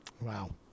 Wow